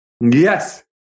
Yes